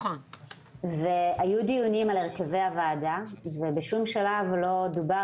הי דיונים על הרכבי הוועדה ובשום שלב לא דובר